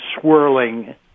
swirling